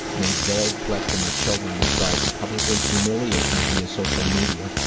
made veiled threats to my children and tried to publicly humiliate me via social media,